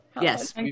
Yes